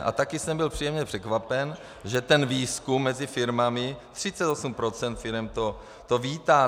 A taky jsem byl příjemně překvapen, že výzkum mezi firmami, 38 % firem to vítá.